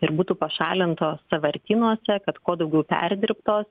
ir būtų pašalintos sąvartynuose kad kuo daugiau perdirbtos